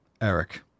Eric